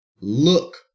look